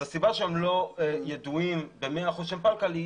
הסיבה שהם לא ידועים כ-100% פלקל היא